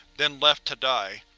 then left to die.